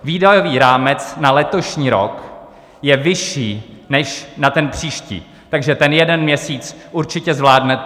Výdajový rámec na letošní rok je vyšší než na ten příští, takže ten jeden měsíc určitě zvládnete.